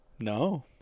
No